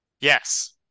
Yes